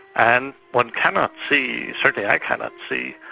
and one cannot see, certainly i cannot see,